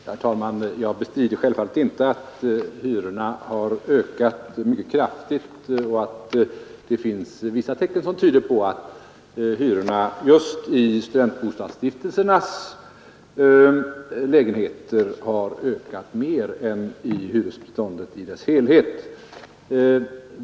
Herr talman! Jag bestrider självfallet inte att hyrorna har ökat mycket kraftigt och att det finns vissa tecken som tyder på att hyrorna i studentbostadsstiftelsernas lägenheter har ökat mer än i hyresbostadsbeståndet i dess helhet.